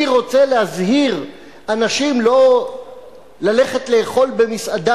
אני רוצה להזהיר אנשים לא ללכת לאכול במסעדה